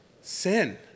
sin